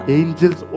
angels